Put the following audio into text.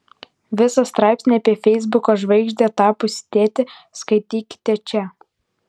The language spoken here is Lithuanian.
visą straipsnį apie feisbuko žvaigžde tapusį tėtį skaitykite čia